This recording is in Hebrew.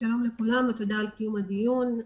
שלום לכולם ותודה על קיום הדיון.